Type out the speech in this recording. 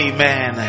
Amen